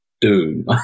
doom